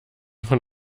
von